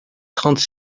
trente